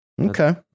Okay